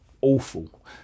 awful